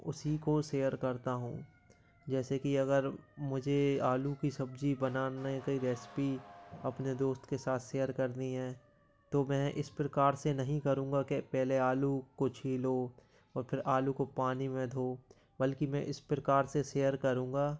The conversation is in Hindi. उसी को शेयर करता हूँ जैसे कि अगर मुझे आलू की सब्जी बनाने के रेसपी अपने दोस्त के साथ शेयर करनी है तो मैं इस प्रकार से नहीं करूँगा के पहले आलू को छीलो और फिर आलू को पानी में धोओ बल्कि मैं इस प्रकार से शेयर करूँगा